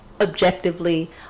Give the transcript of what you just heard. objectively